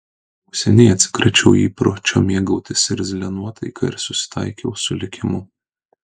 jau seniai atsikračiau įpročio mėgautis irzlia nuotaika ir susitaikiau su likimu